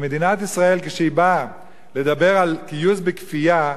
מדינת ישראל, כשהיא באה לדבר על גיוס בכפייה,